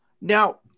Now